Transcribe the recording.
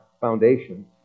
foundations